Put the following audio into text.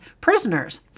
prisoners